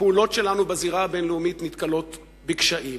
הפעולות שלנו בזירה הבין-לאומית נתקלות בקשיים,